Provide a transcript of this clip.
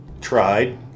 tried